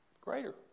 Greater